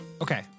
Okay